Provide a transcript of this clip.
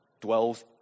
dwells